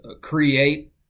create